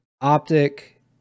Optic